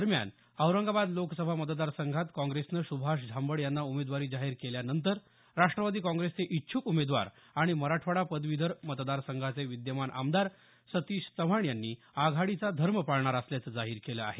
दरम्यान औरंगाबाद लोकसभा मतदारसंघात काँग्रेसनं सुभाष झांबड यांना उमेदवारी जाहीर केल्यानंतर राष्ट्रवादी काँग्रेसचे इच्छुक उमेदवार आणि मराठवाडा पदवीधर मतदारसंघाचे विद्यमान आमदार सतीश चव्हाण यांनी आघाडीचा धर्म पाळणार असल्याचं जाहीर केलं आहे